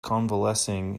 convalescing